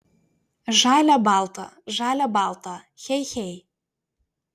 žalia balta žalia balta hey hey